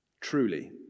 Truly